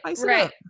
right